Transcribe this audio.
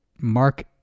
Mark